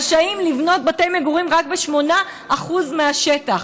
רשאים לבנות בתי מגורים רק ב-8% מהשטח,